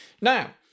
Now